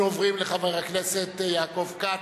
אנחנו עוברים לחבר הכנסת יעקב כץ,